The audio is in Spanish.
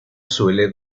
suele